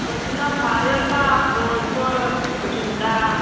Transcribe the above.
ਗੱਡੀਆਂ ਫਾਜ਼ਿਲਕਾ ਫਿਰੋਜ਼ਪੁਰ ਬਠਿੰਡਾ